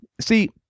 See